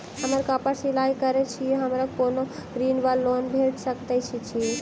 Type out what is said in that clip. हम कापड़ सिलाई करै छीयै हमरा कोनो ऋण वा लोन भेट सकैत अछि?